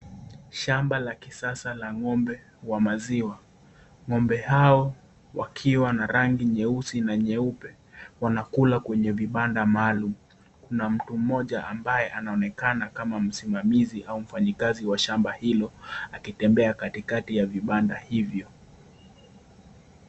Shamba la kisasa la ng'ombe wa maziwa. Ng'ombe hao wakiwa na rangi nyeusi na nyeupe, wanakula kwenye vibanda maalum. Kuna mtu mmoja ambaye anaonekana kama msimamizi au mfanyikazi wa shamba hilo, akitembea katikati wa vibanda hilo.